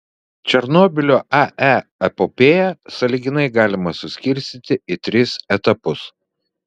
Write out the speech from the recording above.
černobylio ae epopėją sąlyginai galima suskirstyti į tris etapus